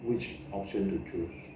which option to choose